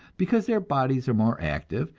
because their bodies are more active,